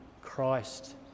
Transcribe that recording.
Christ